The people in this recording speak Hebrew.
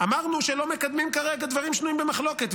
אמרנו שלא מקדמים כרגע דברים שנויים במחלוקת,